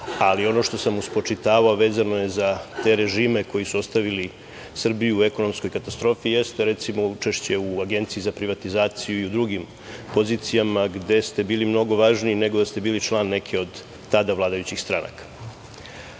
ali ono što sam mu spočitavao, vezano je za te režime koji su ostavili Srbiju u ekonomskoj katastrofi, jeste, recimo, učešće u Agenciji za privatizaciju i u drugim pozicijama gde ste bili mnogo važniji, nego da ste bili član neke od tada vladajućih stranaka. Moram